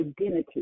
identity